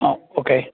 ആ ഓക്കെ